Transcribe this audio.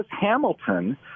Hamilton